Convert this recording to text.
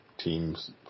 teams